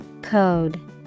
Code